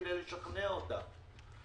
כדי לשכנע אותם.